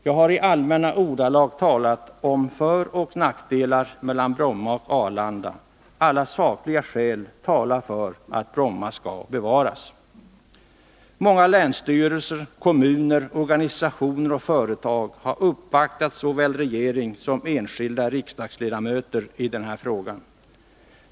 Jag har i allmänna ordalag talat om föroch nackdelar vad gäller Bromma och Arlanda. Alla sakliga skäl talar för att Bromma skall bevaras. Många länsstyrelser, kommuner, organisationer och företag har uppvaktat såväl regeringen som enskilda riksdagsledamöter i den här frågan.